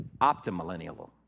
optimillennial